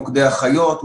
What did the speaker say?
מוקדי אחיות,